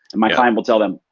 and my client will tell them,